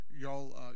Y'all